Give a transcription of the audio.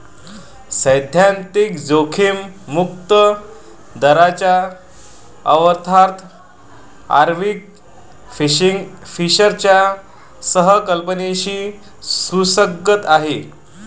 सैद्धांतिक जोखीम मुक्त दराचा अन्वयार्थ आयर्विंग फिशरच्या संकल्पनेशी सुसंगत आहे